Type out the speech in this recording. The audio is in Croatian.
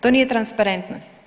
To nije transparentnost.